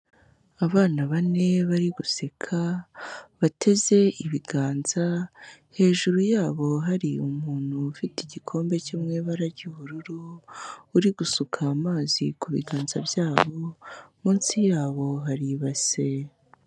Abana bane bari guseka, bateze ibiganza, hejuru yabo hari umuntu ufite igikombe cyo mu ibara ry'ubururu, uri gusuka amazi ku biganza byabo, munsi yabo hari ibase.